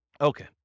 Okay